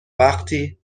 وقتی